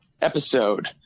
episode